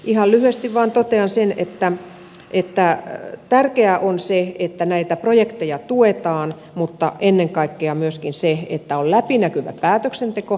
ihan lyhyesti vain totean sen että tärkeää on se että näitä projekteja tuetaan mutta ennen kaikkea myöskin se että on läpinäkyvä päätöksenteko